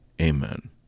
amen